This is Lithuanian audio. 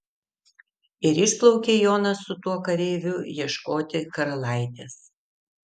ir išplaukė jonas su tuo kareiviu ieškoti karalaitės